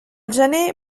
gener